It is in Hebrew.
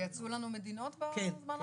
ויצאו לנו מדינות בזמן האחרון?